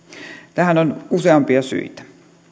tähän on useampia syitä